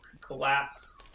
collapse